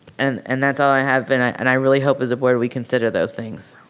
and and that's all i have and i really hope as a board we consider those things.